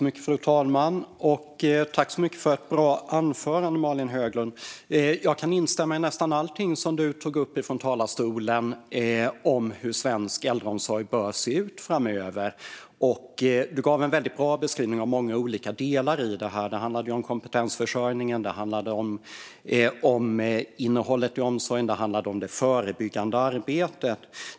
Fru talman! Jag tackar så mycket för ett bra anförande, Malin Höglund. Jag kan instämma i nästan allting som du tog upp i talarstolen om hur svensk äldreomsorg bör se ut framöver. Du gav en väldigt bra beskrivning av många olika delar. Det handlade om kompetensförsörjningen, innehållet i omsorgen och det förebyggande arbetet.